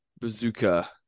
bazooka